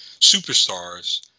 superstars